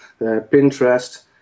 Pinterest